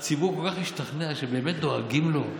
הציבור כל כך השתכנע שבאמת דואגים לו,